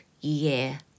year